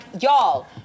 y'all